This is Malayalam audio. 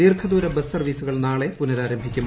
ദീർഘദൂര ബസ് സർവ്വീസുകൾ നാളെ പുനരാരംഭിക്കും